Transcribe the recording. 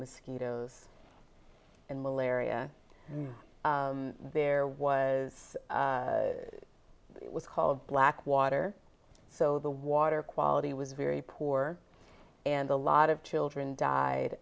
mosquitos and malaria there was it was called black water so the water quality was very poor and a lot of children died